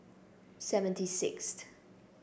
seventy sixth